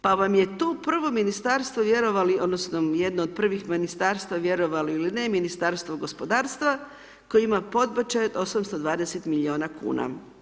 Pa vam je tu prvo Ministarstvo, vjerovali odnosno jedno od prvih Ministarstava, vjerovali ili ne, Ministarstvo gospodarstva, koje ima podbačaj od 820 milijuna kuna.